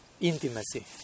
intimacy